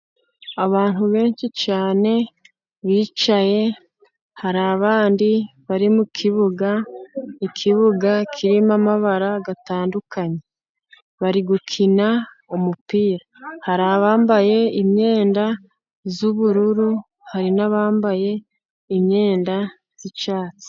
Abantu benshi cyane bicaye, hari abandi bari mukibuga, ikibuga kirimo amabara atandukanye bari gukina umupira. Hari abambaye imyenda y'ubururu, hari n'abambaye imyenda y'icyatsi.